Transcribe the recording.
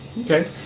Okay